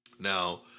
Now